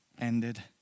ended